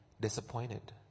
disappointed